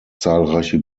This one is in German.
zahlreiche